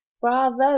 bravo